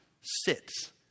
sits